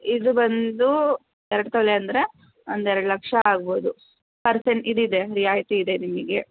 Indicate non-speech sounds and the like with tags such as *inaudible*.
ಇದು ಬಂದು ಎರಡು ತೊಲೆ ಅಂದರೆ ಒಂದೆರಡು ಲಕ್ಷ ಆಗ್ಬೋದು *unintelligible* ಇದು ಇದೆ ರಿಯಾಯಿತಿ ಇದೆ ನಿಮಗೆ